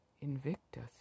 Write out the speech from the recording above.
Invictus